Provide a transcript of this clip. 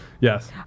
Yes